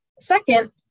Second